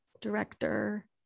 director